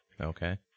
Okay